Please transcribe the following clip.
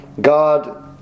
god